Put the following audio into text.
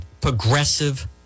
progressive